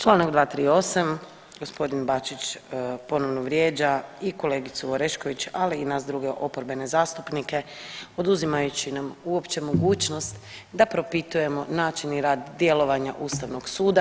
Članak 238. gospodin Bačić ponovno vrijeđa i kolegicu Orešković, ali i nas druge oporbene zastupnike oduzimajući nam uopće mogućnost da propitujemo način i rad djelovanja Ustavnog suda.